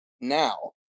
now